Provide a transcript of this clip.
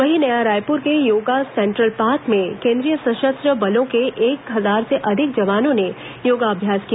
वहीं नया रायपूर के Yoga Central Park में केन्द्रीय सशस्त्र बलो के एक हजार से अधिक जवानों ने योगाभ्यास किया